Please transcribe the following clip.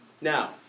Now